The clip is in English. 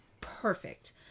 perfect